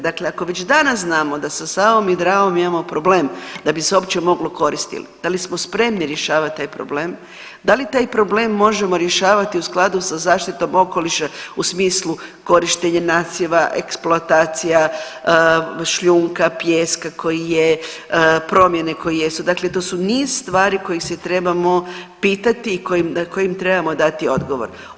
Dakle, ako već danas znamo da sa Savom i Dravom imamo problem da bi se uopće mogli koristili, da li smo spremni rješavat taj problem, da li taj problem možemo rješavati u skladu sa zaštitom okoliša u smislu korištenja nasjeva, eksploatacija šljunka, pijeska koji je promjene koje jesu, dakle to su niz stvari kojih se trebamo pitati i na koja trebamo dati odgovor.